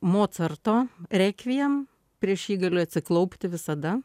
mocarto rekviem prieš jį galiu atsiklaupti visada